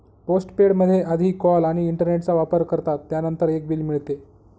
postpaid मध्ये आधी call आणि इंटरनेटचा वापर करतात, त्यानंतर एक बिल मिळते